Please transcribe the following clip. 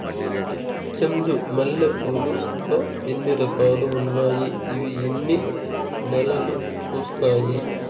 చెండు మల్లె పూలు లో ఎన్ని రకాలు ఉన్నాయి ఇవి ఎన్ని నెలలు పూస్తాయి